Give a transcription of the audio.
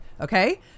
okay